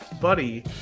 buddy